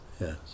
Yes